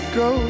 go